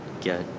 get